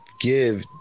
give